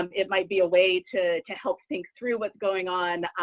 um it might be a way to to help think through what's going on,